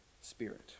Spirit